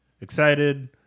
excited